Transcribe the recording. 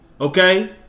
okay